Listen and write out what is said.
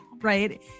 right